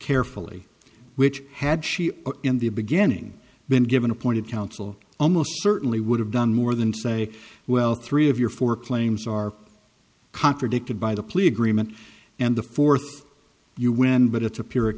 carefully which had she in the beginning been given appointed counsel almost certainly would have done more than say well three of your four claims are contradicted by the plea agreement and the fourth you win but it's a p